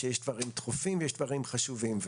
יש דברים דחופים ויש דברים חשובים.